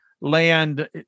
land